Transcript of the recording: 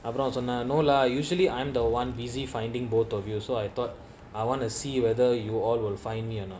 அப்புறம்சொன்னேன்:appuram sonnen no lah usually I'm the one busy finding both of you so I thought I want to see whether you all you will find me or not